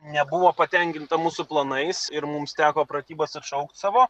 nebuvo patenkinta mūsų planais ir mums teko pratybas atšaukt savo